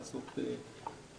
גם לעשות טוב.